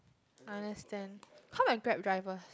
I understand how about Grab drivers